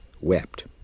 wept